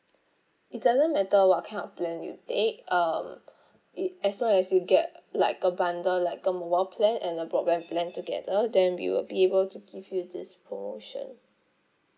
it doesn't matter what kind of plan you take um it as long as you get like a bundle like a mobile plan and a broadband plan together then we will be able to give you this promotion